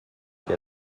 qui